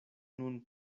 nun